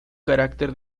carácter